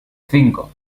cinco